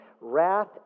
wrath